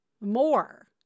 more